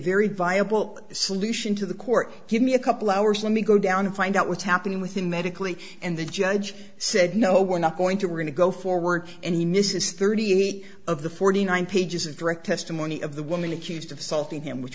very viable solution to the court give me a couple hours let me go down and find out what's happening with him medically and the judge said no we're not going to we're going to go forward and he misses thirty eight of the forty nine pages of direct testimony of the woman accused of assaulting him which